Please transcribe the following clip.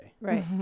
Right